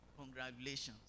congratulations